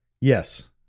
Yes